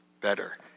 Better